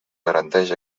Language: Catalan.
garanteix